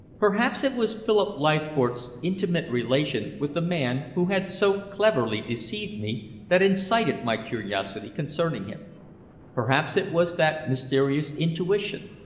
perhaps it was philip leithcourt's intimate relation with the man who had so cleverly deceived me that incited my curiosity concerning him perhaps it was that mysterious intuition,